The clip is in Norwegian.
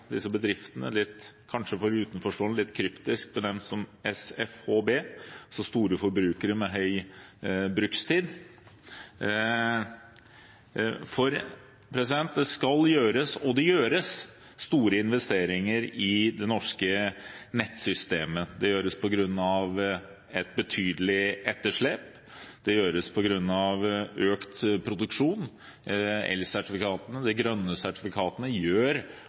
disse bedriftene for utenforstående kanskje litt kryptisk benevnt som SFHB, altså store forbrukere med høy brukstid. Det skal gjøres, og det gjøres, store investeringer i det norske nettsystemet. Det gjøres på grunn av et betydelig etterslep, og det gjøres på grunn av økt produksjon. Elsertifikatene – de grønne sertifikatene – gjør